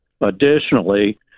Additionally